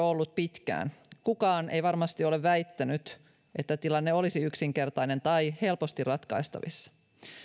ollut jo pitkään kukaan ei varmasti ole väittänyt että tilanne olisi yksinkertainen tai helposti ratkaistavissa